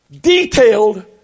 detailed